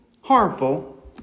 harmful